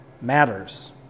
matters